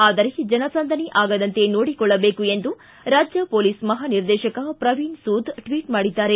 ಆದರೆ ಜನಸಂದಣಿ ಆಗದಂತೆ ನೋಡಿಕೊಳ್ಳಬೇಕು ಎಂದು ರಾಜ್ಯ ಮೊಲೀಸ್ ಮಹಾ ನಿರ್ದೇಶಕ ಪ್ರವೀಣ ಸೂದ್ ಟ್ವಿಟ್ ಮಾಡಿದ್ದಾರೆ